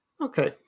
okay